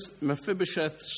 Mephibosheth